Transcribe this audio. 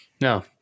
No